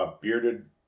bearded